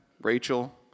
Rachel